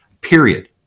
period